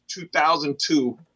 2002